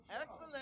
Excellent